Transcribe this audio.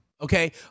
Okay